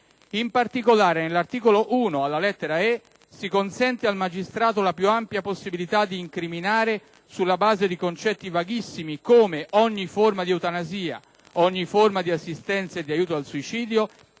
In particolare, all'articolo 1, lettera *e)*, si consente al magistrato la più ampia possibilità di incriminare sulla base di concetti vaghissimi, come «ogni forma di eutanasia e ogni forma di assistenza o di aiuto al suicidio»,